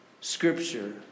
Scripture